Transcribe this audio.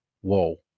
whoa